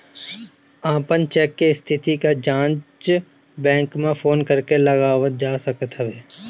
अपन चेक के स्थिति के जाँच बैंक में फोन करके लगावल जा सकत हवे